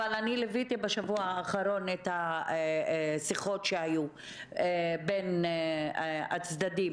אבל ליוויתי בשבוע האחרון את השיחות שהיו בין הצדדים,